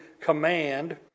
command